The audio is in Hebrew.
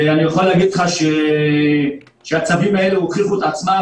ואני יכול להגיד לך שהצווים האלו הוכיחו את עצמם,